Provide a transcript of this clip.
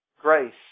Grace